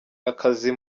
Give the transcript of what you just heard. akazi